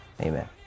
amen